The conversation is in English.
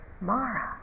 mara